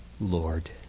Lord